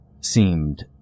seemed